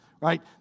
right